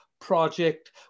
project